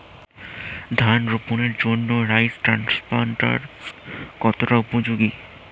ধান রোপণের জন্য রাইস ট্রান্সপ্লান্টারস্ কতটা উপযোগী?